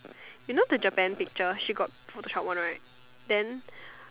you know the Japan picture she got Photoshop one right then